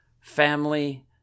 family